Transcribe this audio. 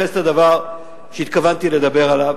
עכשיו אני רוצה להתייחס לדבר שהתכוונתי לדבר עליו,